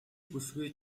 бүсгүй